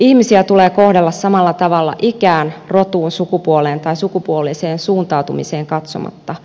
ihmisiä tulee kohdella samalla tavalla ikään rotuun sukupuoleen tai sukupuoliseen suuntautumiseen katsomatta